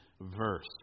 verse